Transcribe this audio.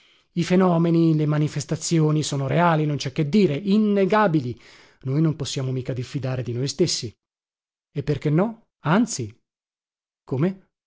i fenomeni le manifestazioni sono reali non cè che dire innegabili noi non possiamo mica diffidare di noi stessi e perché no anzi come